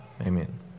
amen